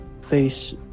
face